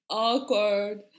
awkward